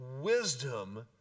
wisdom